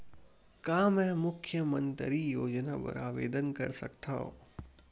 का मैं मुख्यमंतरी योजना बर आवेदन कर सकथव?